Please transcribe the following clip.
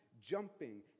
jumping